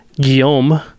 guillaume